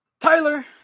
Tyler